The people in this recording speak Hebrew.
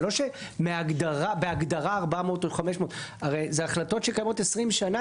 זה לא שבהגדרה 400 או 500. אלו החלטות שקיימות 20 שנים,